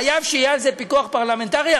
חייב שיהיה על זה פיקוח פרלמנטרי,